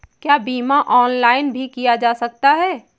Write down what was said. क्या बीमा ऑनलाइन भी किया जा सकता है?